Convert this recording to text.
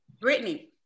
Brittany